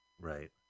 Right